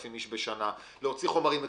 איש בשנה ולא ל-300 איש להוציא חומרים מקצועיים,